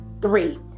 Three